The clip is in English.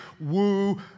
woo